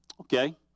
Okay